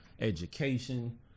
education